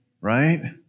Right